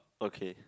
okay